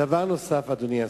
דבר נוסף, אדוני השר,